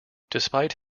despite